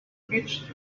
beach